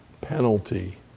penalty